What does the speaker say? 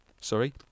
sorry